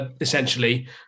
essentially